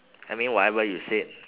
I mean whatever you said